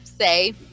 say